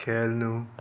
खेल्नु